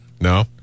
no